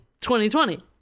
2020